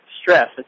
stress